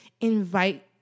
invite